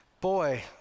boy